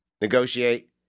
Negotiate